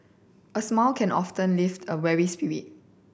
a smile can often lift a weary spirit